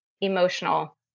emotional